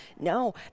No